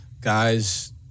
guys